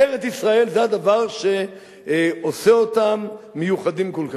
ארץ-ישראל זה הדבר שעושה אותם מיוחדים כל כך.